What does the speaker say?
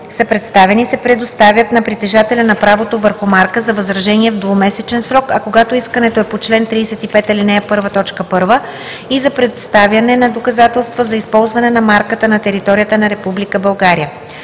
представени, се предоставят на притежателя на правото върху марка за възражение в двумесечен срок, а когато искането е по чл. 35, ал. 1, т. 1 – и за представяне на доказателства за използване на марката на територията на